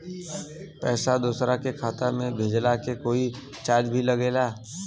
पैसा दोसरा के खाता मे भेजला के कोई चार्ज भी लागेला?